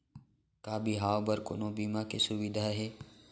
का बिहाव बर कोनो बीमा के सुविधा हे?